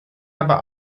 aber